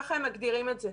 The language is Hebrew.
ככה הם מגדירים את זה.